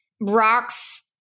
rocks